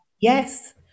yes